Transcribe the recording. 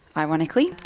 ironically.